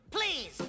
please